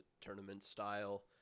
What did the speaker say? tournament-style